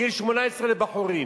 גיל 18 לבחורים.